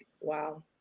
Wow